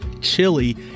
chili